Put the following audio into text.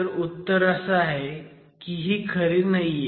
तर उत्तर असं आहे की ही खरी नाहीये